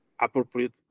appropriate